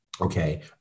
okay